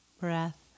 breath